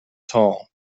tall